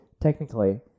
technically